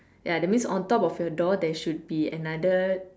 ya that means on top of your door there should be another